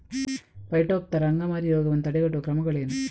Phytophthora ಅಂಗಮಾರಿ ರೋಗವನ್ನು ತಡೆಗಟ್ಟುವ ಕ್ರಮಗಳೇನು?